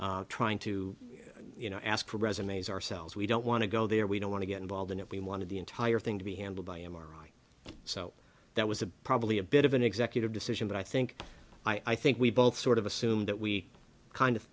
be trying to you know ask for resumes ourselves we don't want to go there we don't want to get involved in it we wanted the entire thing to be handled by m r i so that was a probably a bit of an executive decision but i think i think we both sort of assumed that we kind of